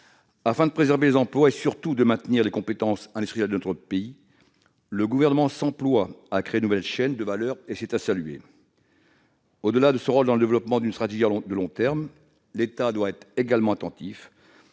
Afin de préserver les emplois, et surtout de maintenir les compétences industrielles de notre pays, le Gouvernement s'emploie- il faut le saluer -à créer de nouvelles chaînes de valeur. Au-delà de son rôle dans le développement d'une stratégie de long terme, l'État doit être également attentif